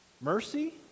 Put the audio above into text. mercy